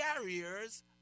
Carriers